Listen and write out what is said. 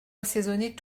assaisonner